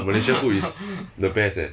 malaysia food is the best eh